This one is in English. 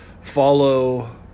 follow